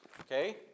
Okay